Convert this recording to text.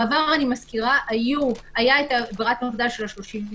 בעבר, אני מזכירה, הייתה את ברירת המחדל של ה-30%,